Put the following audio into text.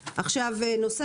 הכלכלה.